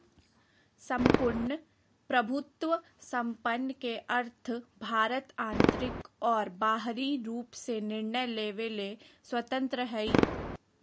सम्पूर्ण प्रभुत्वसम्पन् के अर्थ भारत आन्तरिक और बाहरी रूप से निर्णय लेवे ले स्वतन्त्रत हइ